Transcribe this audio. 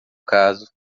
caso